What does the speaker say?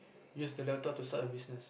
use the laptop to start a business